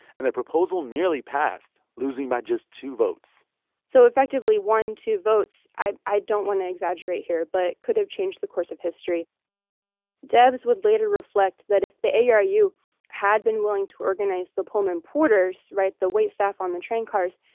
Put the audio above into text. and the proposal nearly passed, losing by just two votes so effectively one, two votes i i don't want to exaggerate here but could have changed the course of history debs would later reflect that if the aru ah had been willing to organize the pullman porters right? the waitstaff on the train cars,